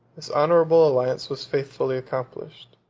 this honorable alliance was faithfully accomplished.